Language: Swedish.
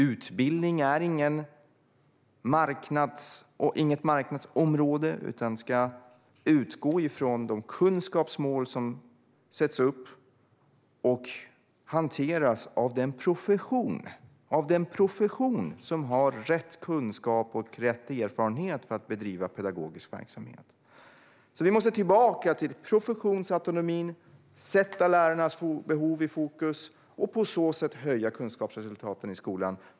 Utbildning är inget marknadsområde, utan den ska utgå från de kunskapsmål som sätts upp och hanteras av den profession som har rätt kunskap och erfarenhet för att bedriva pedagogisk verksamhet. Vi måste tillbaka till professionsautonomin, sätta lärarnas behov i fokus och på så sätt höja kunskapsresultaten i skolan.